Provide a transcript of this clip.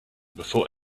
before